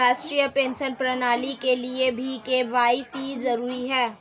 राष्ट्रीय पेंशन प्रणाली के लिए भी के.वाई.सी जरूरी है